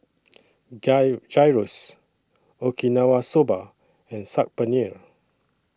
Guy Gyros Okinawa Soba and Saag Paneer